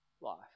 life